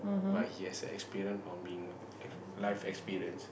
but he has the experience on being life experience